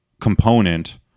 component